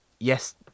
Yes